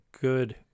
good